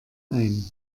ein